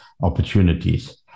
opportunities